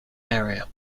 area